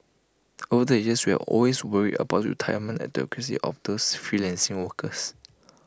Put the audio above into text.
over the years we've always worried about the retirement adequacy of these freelancing workers